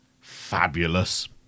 fabulous